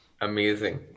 Amazing